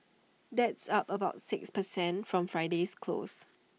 that's up about six per cent from Friday's close